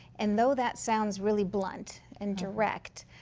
and know that sounds really blunt and direct.